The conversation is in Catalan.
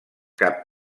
cap